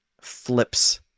flips